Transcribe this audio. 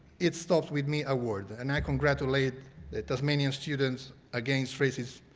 it stops with me award and i congratulate the tasmanian students against racism.